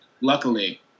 luckily